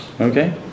Okay